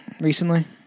recently